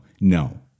no